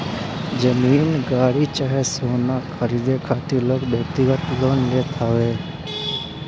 जमीन, गाड़ी चाहे सोना खरीदे खातिर लोग व्यक्तिगत लोन लेत हवे